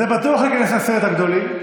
זה בטוח ייכנס לעשרת הגדולים.